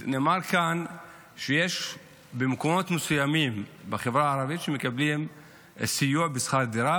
נאמר כאן שיש מקומות מסוימים בחברה הערבית שמקבלים סיוע בשכר דירה,